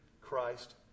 Christ